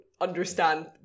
understand